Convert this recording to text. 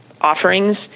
offerings